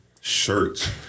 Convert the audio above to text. shirts